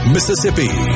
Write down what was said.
Mississippi